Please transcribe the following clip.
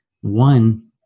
one